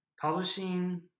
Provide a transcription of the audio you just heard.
publishing